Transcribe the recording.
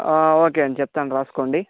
okay అండి చెప్తాను రాసుకోండి